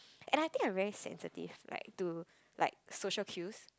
and I think I really sensitive like to like social skills